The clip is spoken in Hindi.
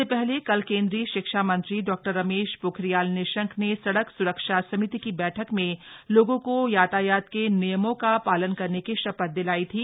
इससे हले कल केंद्रीय शिक्षा मंत्री डॉ रमेश ोखरियाल निशंक ने सड़क सुरक्षा समिति की बैठक में लोगों को यातायात के नियमों का शालन करने की शांधथ दिलाई थी